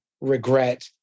regret